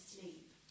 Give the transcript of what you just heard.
sleep